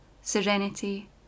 serenity